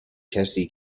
کسی